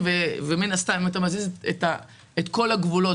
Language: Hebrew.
מן הסתם אם אתה מזיז את כל הגבולות,